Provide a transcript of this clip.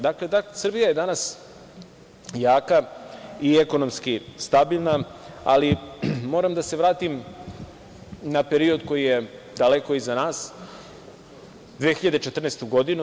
Dakle, Srbija je danas jaka i ekonomski stabilna, ali moram da se vratim na period koji je daleko iza nas, 2014. godinu.